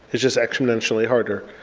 it's just exponentially harder.